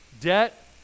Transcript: Debt